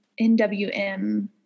NWM